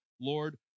Lord